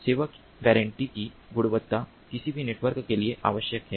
सेवा गारंटी की गुणवत्ता किसी भी नेटवर्क के लिए आवश्यक है